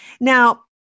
Now